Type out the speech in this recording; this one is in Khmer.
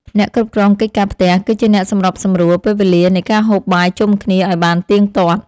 អ្នកគ្រប់គ្រងកិច្ចការផ្ទះ គឺជាអ្នកសម្របសម្រួលពេលវេលានៃការហូបបាយជុំគ្នាឱ្យបានទៀងទាត់។